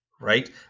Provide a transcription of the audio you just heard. right